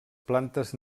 plantes